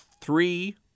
three